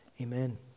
amen